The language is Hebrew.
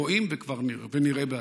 רואים ונראה בעתיד.